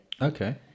Okay